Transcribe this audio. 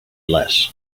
less